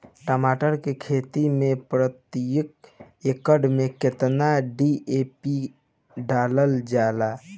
टमाटर के खेती मे प्रतेक एकड़ में केतना डी.ए.पी डालल जाला?